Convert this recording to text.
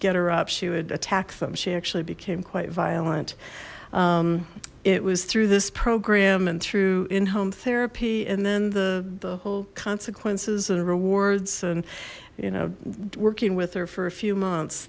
get her up she would attack them she actually became quite violent it was through this program and through in home therapy and then the the whole consequences and rewards and you know working with her for a few months